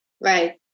Right